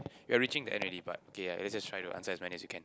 we are reaching the end already but okay let's just try to answer as many as you can